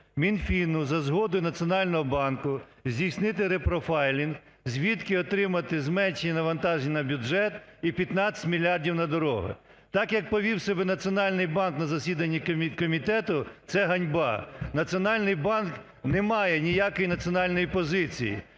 Мінфіну за згодою Національного банку здійснити репрофайлінг, звідки отримати зменшення навантаження на бюджет і 15 мільярдів на дороги. Так, як повів себе Національний банк на засіданні комітету, це ганьба. Національний банк не має ніякої національної позиції.